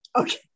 Okay